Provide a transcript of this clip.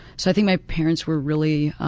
so i think my parents were really